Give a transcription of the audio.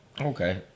Okay